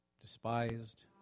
despised